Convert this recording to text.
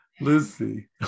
Lucy